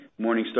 Morningstar